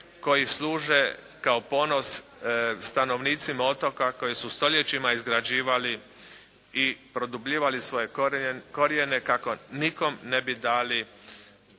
koji služe kao ponos stanovnicima otoka koji su stoljećima izgrađivali i produbljivali svoje korijene kako nikom ne bi dali